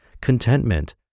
contentment